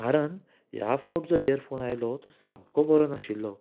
कारण ह्या फावट जो इयरफोन आयलो तो सामको बरो नाशिल्लो